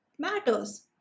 Matters